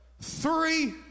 three